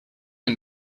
and